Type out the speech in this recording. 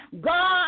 God